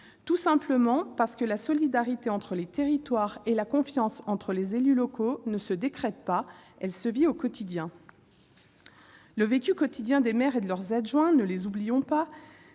tout simplement parce que la solidarité entre les territoires et la confiance entre les élus locaux ne décrètent pas, mais se vivent au quotidien. Le vécu quotidien des maires et de leurs adjoints- ne les oublions pas